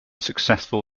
successful